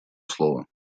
слово